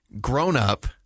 grown-up